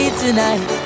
tonight